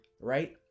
right